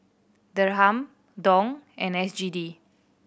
Dirham Dong and S G D